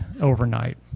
overnight